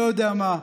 לא יודע מה,